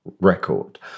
record